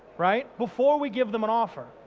right, before we give them an offer,